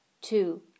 two